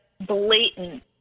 blatant